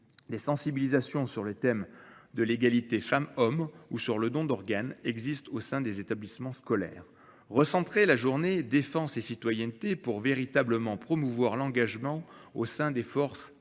Les sensibilisations sur le thème de l'égalité femmes-hommes ou sur le don d'organes existent au sein des établissements scolaires. Recentrer la journée défense et citoyenneté pour véritablement promouvoir l'engagement au sein des forces armées.